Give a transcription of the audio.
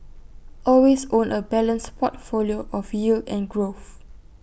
always own A balanced portfolio of yield and growth